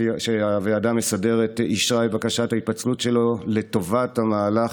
שהוועדה המסדרת אישרה את בקשת ההתפצלות שלו לטובת המהלך